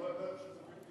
שזה בלתי אפשרי.